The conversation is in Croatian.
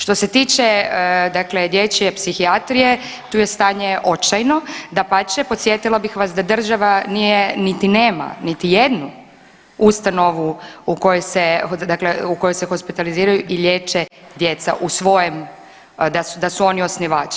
Što se tiče dakle dječje psihijatrije, tu je stanje očajno, dapače podsjetila bih vas da država nije, niti nema niti jednu ustanovu u kojoj se, dakle u kojoj se hospitaliziraju i liječe djeca u svojem, da su, da su oni osnivači.